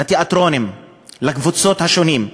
לתיאטראות, לקבוצות השונות.